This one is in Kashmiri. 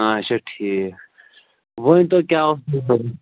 اَچھا ٹھیٖک ؤنۍتَو کیٛاہ اوسوٕ